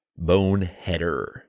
boneheader